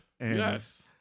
Yes